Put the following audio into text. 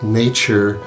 nature